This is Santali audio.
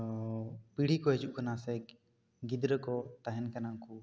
ᱳᱸᱻ ᱯᱤᱲᱦᱤ ᱠᱚ ᱦᱤᱡᱩᱜ ᱠᱟᱱᱟ ᱥᱮ ᱜᱤᱫᱽᱨᱟᱹ ᱠᱚ ᱛᱟᱦᱮᱱ ᱠᱟᱱᱟ ᱠᱚ